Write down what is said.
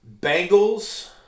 Bengals